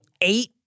eight